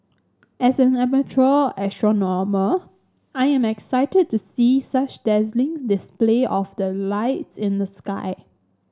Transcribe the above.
as an amateur astronomer I am excited to see such dazzling display of the lights in the sky